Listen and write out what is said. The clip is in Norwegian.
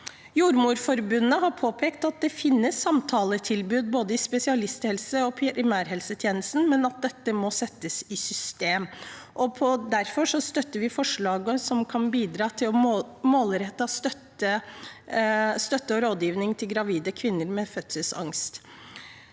Jordmorforbundet har påpekt at det finnes samtaletilbud både i spesialisthelse- og primærhelsetjenesten, men at dette må settes i system. Derfor støtter vi forslaget som kan bidra til målrettet støtte og rådgivning til gravide kvinner med fødselsangst.